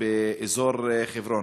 באזור חברון.